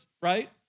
right